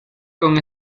con